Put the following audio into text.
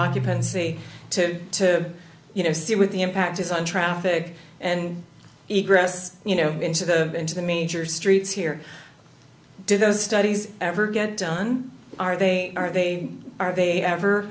occupancy to you know see what the impact is on traffic and eat grass you know into the into the major streets here do those studies ever get done are they are they are they ever